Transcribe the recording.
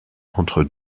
entre